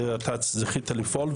דברים שאתה זכית לפעול.